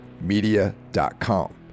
media.com